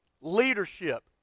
leadership